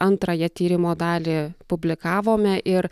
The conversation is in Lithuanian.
antrąją tyrimo dalį publikavome ir